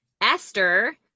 Esther